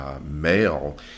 male